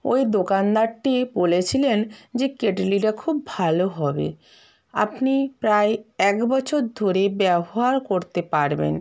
ওই দোকানদারটি বলেছিলেন যে কেটলিটা খুব ভালো হবে আপনি প্রায় এক বছর ধরে ব্যবহার করতে পারবেন